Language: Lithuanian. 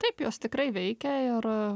taip jos tikrai veikia ir